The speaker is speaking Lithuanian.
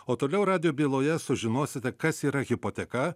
o toliau radijo byloje sužinosite kas yra hipoteka